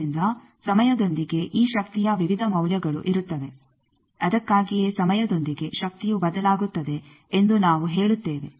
ಆದ್ದರಿಂದ ಸಮಯದೊಂದಿಗೆ ಈ ಶಕ್ತಿಯ ವಿವಿಧ ಮೌಲ್ಯಗಳು ಇರುತ್ತವೆ ಅದಕ್ಕಾಗಿಯೇ ಸಮಯದೊಂದಿಗೆ ಶಕ್ತಿಯು ಬದಲಾಗುತ್ತದೆ ಎಂದು ನಾವು ಹೇಳುತ್ತೇವೆ